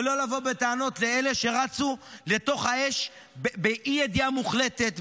ולא לבוא בטענות לאלה שרצו לתוך האש באי-ידיעה מחולטת,